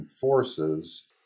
forces